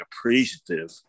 appreciative